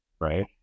Right